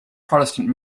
protestant